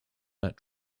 that